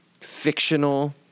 fictional